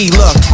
look